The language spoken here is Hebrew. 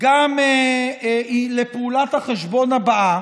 גם לפעולת החשבון הבאה,